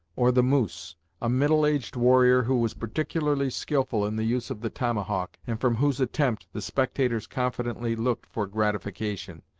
or the moose a middle aged warrior who was particularly skilful in the use of the tomahawk, and from whose attempt the spectators confidently looked for gratification.